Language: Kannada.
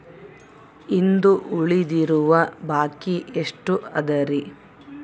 ಇಂದು ಉಳಿದಿರುವ ಬಾಕಿ ಎಷ್ಟು ಅದರಿ?